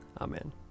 Amen